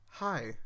hi